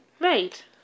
Right